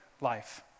life